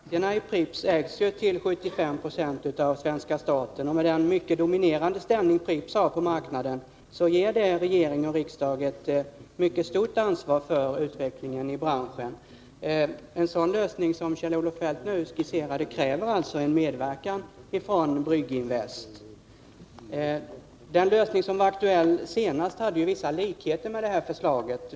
Herr talman! Aktierna i Pripps ägs ju till 75 90 av svenska staten, och med den mycket dominerande ställning som Pripps har på marknaden ger det regering och riksdag ett mycket stort ansvar för utvecklingen i branschen. En sådan lösning som den Kjell-Olof Feldt nu skisserade kräver en medverkan från Brygginvest. Den lösning som senast var aktuell hade vissa likheter med detta förslag.